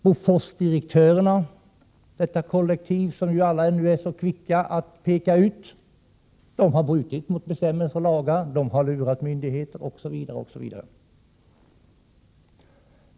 Boforsdirektörerna, detta kollektiv som alla nu är så kvicka att peka ut, har brutit mot bestämmelser och lagar, de har lurat myndigheter, osv.